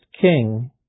king